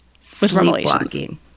Sleepwalking